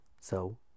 So